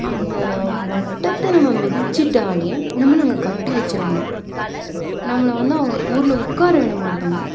அந்த வட்டத்தை நம்ம மிதிச்சிட்டால் நம்மளை அங்கே கட்டி வச்சுருவாங்க நம்மளை வந்து அவங்க ஊரில் உட்கார விட மாட்டாங்க